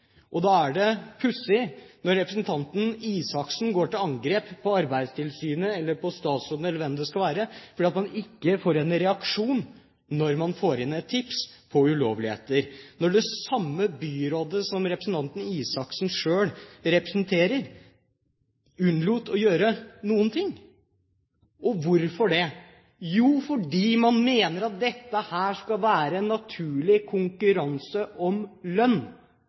Da er det pussig at representanten Røe Isaksen går til angrep på Arbeidstilsynet, på statsråden eller på hvem det skal være, fordi man ikke får en reaksjon når man får inn et tips om ulovligheter, når byrådet fra det samme partiet som representanten Røe Isaksen selv representerer, unnlot å gjøre noen ting. Hvorfor det? Jo, fordi man mener at dette skal være en naturlig konkurranse om lønn.